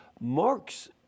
Marx